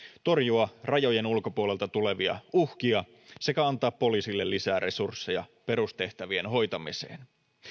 torjua rajojen ulkopuolelta tulevia uhkia sekä antaa poliisille lisää resursseja perustehtävien hoitamiseen